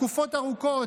תקופות ארוכות.